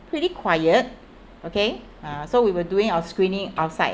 pretty quiet okay uh so we were doing our screening outside